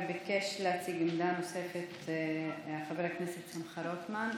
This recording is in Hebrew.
ביקש להציג עמדה נוספת חבר הכנסת שמחה רוטמן,